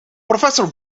professor